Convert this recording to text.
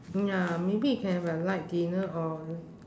ya maybe we can have a light dinner or